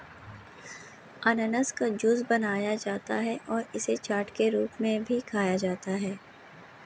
अनन्नास का जूस बनाया जाता है और इसे चाट के रूप में भी खाया जाता है